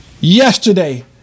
yesterday